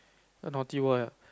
a naughty boy ah